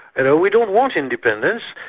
you know we don't want independence,